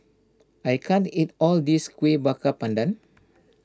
I can't eat all of this Kueh Bakar Pandan